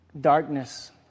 Darkness